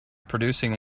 producing